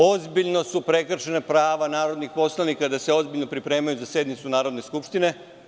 Ozbiljno su prekršena prava narodnih poslanika da se ozbiljno pripremaju za sednicu Narodne skupštine.